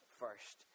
first